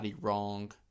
wrong